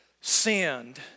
sinned